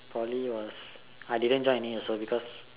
Poly was I didn't join any also because